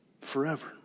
forever